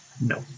No